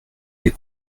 des